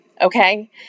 okay